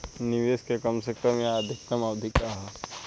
निवेश के कम से कम आ अधिकतम अवधि का है?